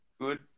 good